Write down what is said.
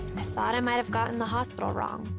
i thought i might have gotten the hospital wrong.